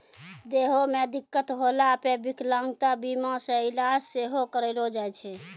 देहो मे दिक्कत होला पे विकलांगता बीमा से इलाज सेहो करैलो जाय छै